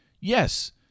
Yes